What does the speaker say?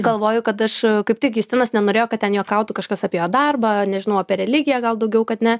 galvoju kad aš kaip tik justinas nenorėjo kad ten juokautų kažkas apie jo darbą nežinau apie religiją gal daugiau kad ne